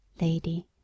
Lady